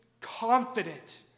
confident